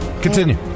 continue